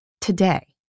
today